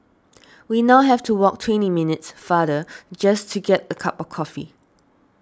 we now have to walk twenty minutes farther just to get a cup of coffee